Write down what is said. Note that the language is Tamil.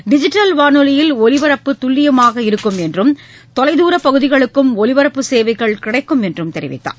டிஜிட்டல் வானொலியில் ஒலிபரப்பு துல்லியமாக இருக்கும் என்றும் தொலை தூர பகுதிகளுக்கும் ஒலிபரப்பு சேவைகள் கிடைக்கும் என்றும் தெரிவித்தார்